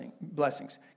blessings